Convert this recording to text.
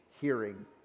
hearing